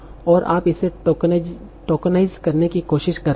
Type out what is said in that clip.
और आप इसे टोकनाइस करने की कोशिश कर रहे हैं